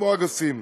כמו אגסים.